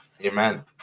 Amen